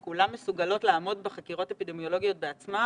כולן מסוגלות לעמוד בחקירות אפידמיולוגית בעצמן?